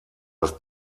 das